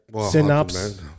synopsis